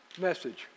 message